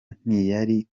ntiyari